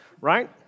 right